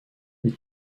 wie